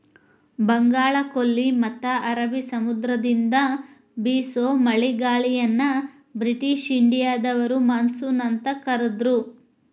ಬಂಗಾಳಕೊಲ್ಲಿ ಮತ್ತ ಅರಬಿ ಸಮುದ್ರದಿಂದ ಬೇಸೋ ಮಳೆಗಾಳಿಯನ್ನ ಬ್ರಿಟಿಷ್ ಇಂಡಿಯಾದವರು ಮಾನ್ಸೂನ್ ಅಂತ ಕರದ್ರು